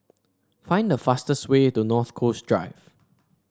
find the fastest way to North Coast Drive